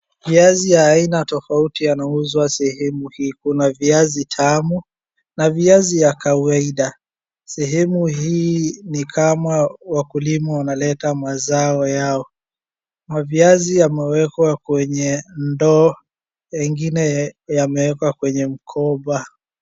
Viazi ya aina tofauti yanauzwa sehemu hii. Kuna viazi tamu na viazi ya kawaida. Sehemu hii ni kama wakulima wanaleta mazao yao. Maviazi yamewekwa kwenye ndoo. Nyingine yamewekwa kwenye mkoba.